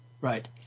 Right